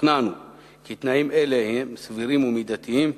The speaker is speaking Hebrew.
שוכנענו כי תנאים אלה הם סבירים ומידתיים.